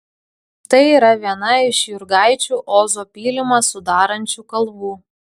tai yra viena iš jurgaičių ozo pylimą sudarančių kalvų